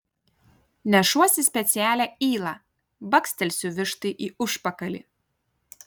nešuosi specialią ylą bakstelsiu vištai į užpakalį